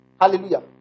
Hallelujah